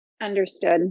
Understood